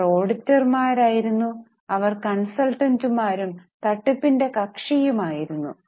അവർ ഓഡിറ്റർമാരായിരുന്നു അവർ കൺസൾട്ടന്റുമാരും തട്ടിപ്പിന്റെ കക്ഷിയുമായിരുന്നു